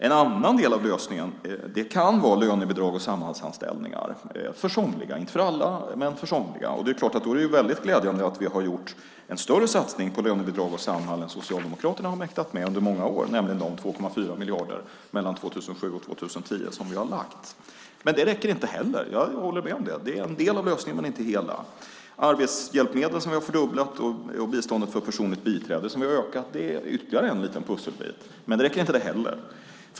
En annan del av lösningen kan vara lönebidrag och Samhallsanställningar för somliga, inte för alla men för somliga. Då är det klart att det är väldigt glädjande att vi har gjort en större satsning på lönebidrag och Samhall än vad Socialdemokraterna har mäktat med under många år, nämligen de 2,4 miljarder mellan 2007 och 2010 som vi har anslagit. Men det räcker inte heller. Jag håller med om det. Det är en del av lösningen men inte hela. Vi har fördubblat arbetshjälpmedlen, och vi har ökat biståndet för personligt biträde. Det är ytterligare en liten pusselbit. Men det räcker inte heller.